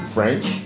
French